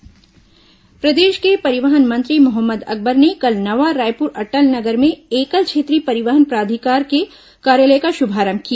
परिवहन कार्यालय शुभारंभ प्रदेश के परिवहन मंत्री मोहम्मद अकबर ने कल नवा रायपुर अटल नगर में एकल क्षेत्रीय परिवहन प्राधिकार के कार्यालय का शुभारंभ किया